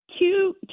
two